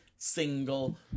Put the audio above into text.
Single